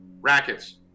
Rackets